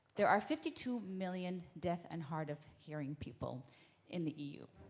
there are fifty two million deaf and hard of hearing people in the eu.